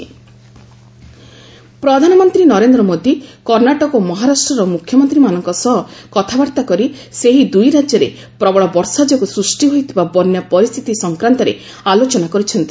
PM assurance ପ୍ରଧାନମନ୍ତ୍ରୀ ନରେନ୍ଦ୍ର ମୋଦୀ କର୍ଣ୍ଣାଟକ ଓ ମହାରାଷ୍ଟ୍ରର ମୁଖ୍ୟମନ୍ତ୍ରୀମାନଙ୍କ ସହ କଥାବାର୍ତ୍ତା କରି ସେହି ଦୁଇ ରାଜ୍ୟରେ ପ୍ରବଳ ବର୍ଷା ଯୋଗୁଁ ସୃଷ୍ଟି ହୋଇଥିବା ବନ୍ୟା ପରିସ୍ଥିତି ସଂକ୍ରାନ୍ତରେ ଆଲୋଚନା କରିଛନ୍ତି